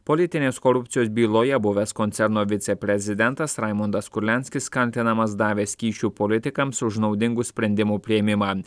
politinės korupcijos byloje buvęs koncerno viceprezidentas raimundas kurlianskis kaltinamas davęs kyšių politikams už naudingų sprendimų priėmimą